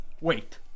Wait